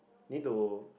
need to